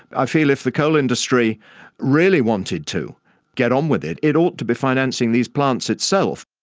i feel if the coal industry really wanted to get on with it, it ought to be financing these plants itself.